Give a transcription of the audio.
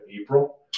April